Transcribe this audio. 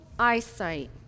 Eyesight